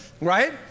right